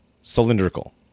cylindrical